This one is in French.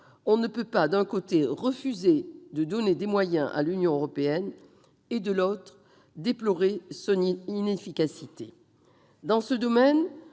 on ne peut pas, d'un côté, refuser de donner des moyens à l'Union européenne et, de l'autre, déplorer son inefficacité. Dans ce domaine,